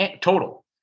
total